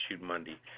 Monday